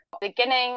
Beginning